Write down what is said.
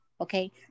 Okay